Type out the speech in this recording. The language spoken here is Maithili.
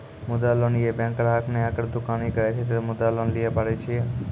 मुद्रा लोन ये बैंक ग्राहक ने अगर दुकानी करे छै ते मुद्रा लोन लिए पारे छेयै?